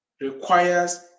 requires